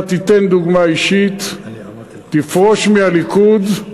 אתה תיתן דוגמה אישית, תפרוש מהליכוד,